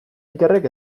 ikerrek